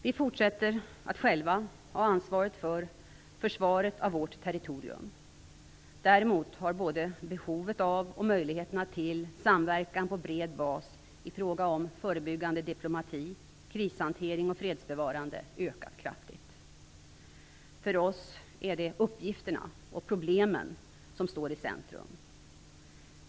Vi fortsätter att själva ha ansvaret för försvaret av vårt territorium. Däremot har både behovet av och möjligheterna till samverkan på bred bas i fråga om förebyggande diplomati, krishantering och fredsbevarande ökat kraftigt. För oss är det uppgifterna och problemen som står i centrum.